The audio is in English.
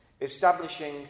establishing